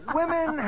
women